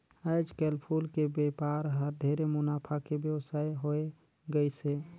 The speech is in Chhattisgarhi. आयज कायल फूल के बेपार हर ढेरे मुनाफा के बेवसाय होवे गईस हे